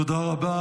תודה רבה.